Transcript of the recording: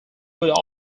would